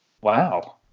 wow